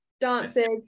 dances